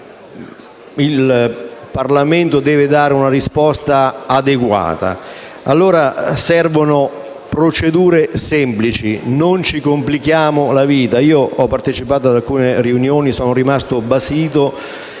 il Parlamento deve dare una risposta adeguata. Servono procedure semplici; non ci complichiamo la vita. Ho partecipato ad alcune riunioni e sono rimasto basito